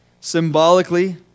symbolically